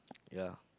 ya